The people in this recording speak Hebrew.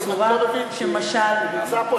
בסך הכול,